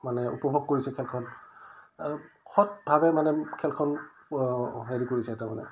মানে উপভোগ কৰিছে খেলখন অ সৎভাৱে মানে খেলখন হেৰি কৰিছে তাৰমানে